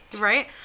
Right